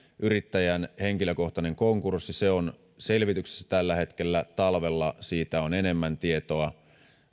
yrittäjän henkilökohtainen konkurssi se on selvityksessä tällä hetkellä talvella siitä on enemmän tietoa